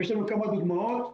יש לנו כמה דוגמאות,